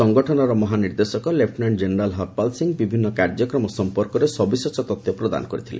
ସଂଗଠନର ମହାନିର୍ଦ୍ଦେଶକ lieutenant general Harpal Singh ବିଭିନ୍ନ କାର୍ଯ୍ୟକ୍ରମ ସମ୍ପର୍କରେ ସବିଶେଷ ତଥ୍ୟ ପ୍ରଦାନ କରିଥିଲେ